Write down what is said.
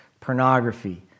Pornography